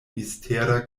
mistera